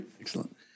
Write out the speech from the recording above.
Excellent